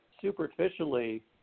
superficially